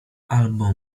albo